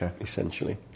essentially